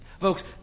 Folks